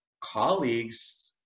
colleagues